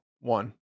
one